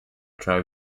tribe